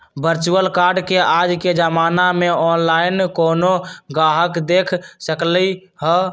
virtual card के आज के जमाना में ऑनलाइन कोनो गाहक देख सकलई ह